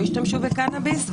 לא ישתמשו בקנאביס,